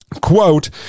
quote